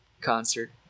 concert